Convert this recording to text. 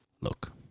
Look